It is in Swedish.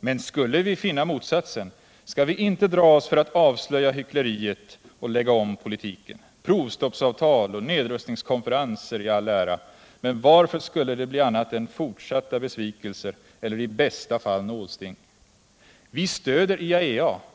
Men skulle vi finna motsatsen, skall vi inte dra oss för att avslöja hyckleriet och att lägga om politiken. Provstoppsavtal och nedrustningskonferenser i all ära, men varför skulle de bli annat än fortsatta besvikelser eller i bästa fall nålsting. Vi stöder IAEA -—